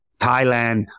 Thailand